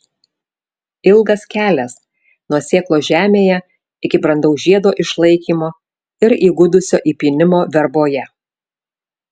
ilgas kelias nuo sėklos žemėje iki brandaus žiedo išlaikymo ir įgudusio įpynimo verboje